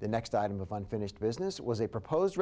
the next item of unfinished business was a propose